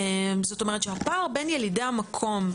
זאת אומרת שהפער בין ילדי המקום,